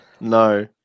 No